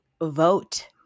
vote